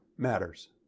matters